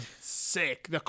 Sick